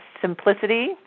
simplicity